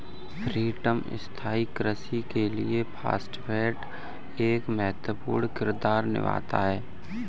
प्रीतम स्थाई कृषि के लिए फास्फेट एक महत्वपूर्ण किरदार निभाता है